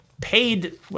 paid